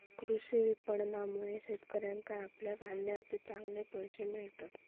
कृषी विपणनामुळे शेतकऱ्याका आपल्या धान्याचे चांगले पैशे मिळतत